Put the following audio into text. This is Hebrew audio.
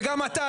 וגם אתה,